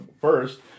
first